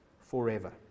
forever